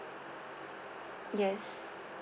yes